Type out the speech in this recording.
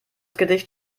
gedicht